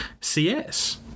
CS